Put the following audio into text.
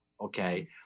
okay